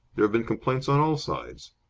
there have been complaints on all sides.